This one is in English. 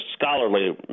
scholarly